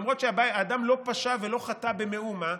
למרות שהאדם לא פשע ולא חטא במאומה,